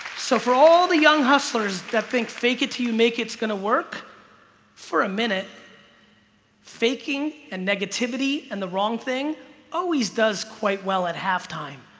so for all the young hustlers that think fake it you make it's gonna work for a minute faking and negativity and the wrong thing always does quite well at half time.